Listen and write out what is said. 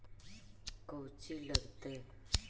कौची लगतय?